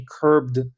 curbed